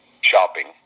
shopping